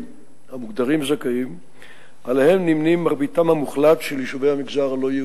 שמתקדם על-פי